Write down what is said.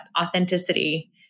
authenticity